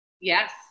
Yes